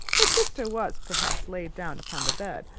her sister was perhaps laid down upon the bed,